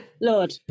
lord